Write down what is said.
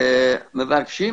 ומבקשים